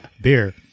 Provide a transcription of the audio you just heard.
beer